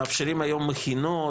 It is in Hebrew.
מאפשרים היום מכינות,